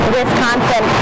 Wisconsin